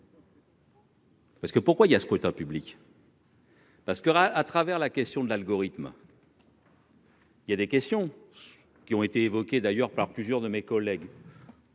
Parce que pourquoi il y a scrutin public. Parce qu'que aura à travers la question de l'algorithme. Il y a des questions. Qui ont été évoqués d'ailleurs par plusieurs de mes collègues.